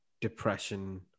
depression